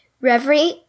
Reverie